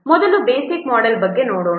ಮೊದಲು ಬೇಸಿಕ್ ಮೋಡೆಲ್ನ ಬಗ್ಗೆ ನೋಡೋಣ